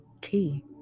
key